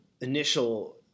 initial